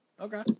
Okay